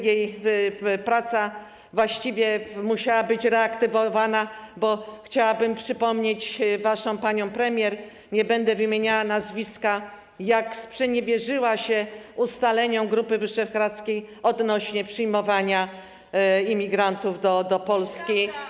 Jej praca właściwie musiała być reaktywowana, bo chciałabym przypomnieć waszą panią premier - nie będę wymieniała nazwiska - która sprzeniewierzyła się ustaleniom Grupy Wyszehradzkiej odnośnie do przyjmowania imigrantów do Polski.